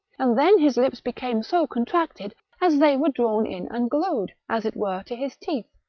and then his lips became so contracted, as they were drawn in and glued, as it were, to his teeth,